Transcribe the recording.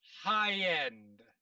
high-end